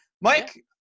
Mike